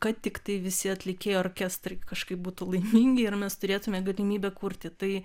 kad tiktai visi atlikėjai orkestrai kažkaip būtų laimingi ir mes turėtume galimybę kurti tai